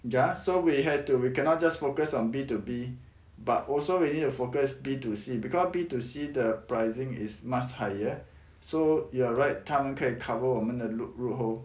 ya so we had to we cannot just focus on B two B but also we need to focus B two C because B two C the pricing is much higher so you are right 他们可以 cover 我们的 lope~ lope hole